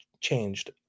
changed